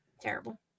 Terrible